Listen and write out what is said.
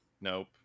Nope